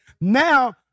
now